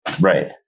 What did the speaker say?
Right